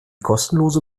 kostenlose